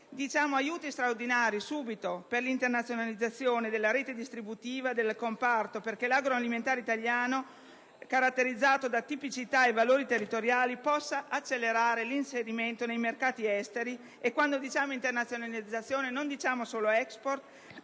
subito aiuti straordinari per l'internazionalizzazione della rete distributiva del comparto perché il settore agroalimentare italiano, caratterizzato da tipicità e valori territoriali, possa accelerare l'inserimento nei mercati esteri; quando parliamo di internazionalizzazione, non intendiamo solo l'*export*,